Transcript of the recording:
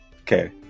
Okay